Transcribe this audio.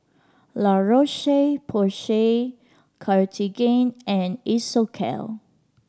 La Roche Porsay Cartigain and Isocal